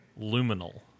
luminal